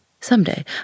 Someday